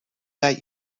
that